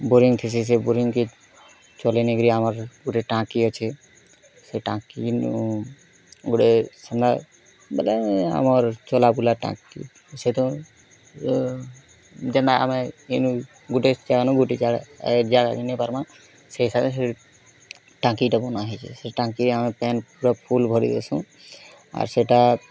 boring ଥିସି ସେ ବୋରିଙ୍ଗ୍କେ ଚଲେଇ ନେଇକରି ଆମର୍ ଗୁଟେ ଟାଙ୍କି ଅଛେ ସେ ଟାଙ୍କିନୁ ଗୁଟେ ସେନେ ବେଲେ ଆମର୍ ଚଲା ବୁଲା ଟାଙ୍କି ସେନୁ ଯେଣ୍ଟା ଆମେ ଇନୁ ଗୁଟେ ଜାଗାନୁ ଗୁଟେ ଜାଗାକେ ନେଇପାର୍ମା ସେ ହିସାବ୍ରେ ସେ ଟାଙ୍କିଟା ବନା ହେଇଛେ ସେ ଟାଙ୍କିରେ ଆମେ ପାଏନ୍ ପୁରା ଫୁଲ୍ ଭରିଦେସୁଁ ଆର୍ ସେଟା